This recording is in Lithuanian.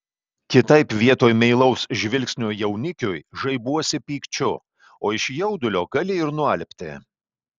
kitaip vietoj meilaus žvilgsnio jaunikiui žaibuosi pykčiu o iš jaudulio gali ir nualpti